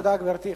תודה, גברתי.